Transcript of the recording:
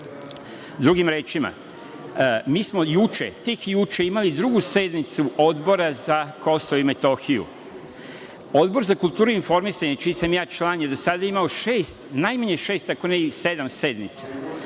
rečima, mi smo tek juče imali Drugu sednicu Odbora za Kosovo i Metohiju. Odbor za kulturu i informisanje, čiji sam ja član, je do sada imao šest, najmanje šest, ako ne i sedam sednica.